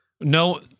No